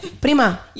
Prima